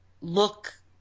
look